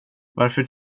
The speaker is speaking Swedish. varför